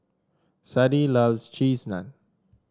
Sadie loves Cheese Naan